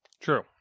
true